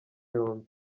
yombi